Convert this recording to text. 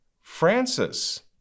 Francis